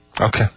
Okay